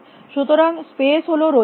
সুতরাং স্পেস হল রৈখিক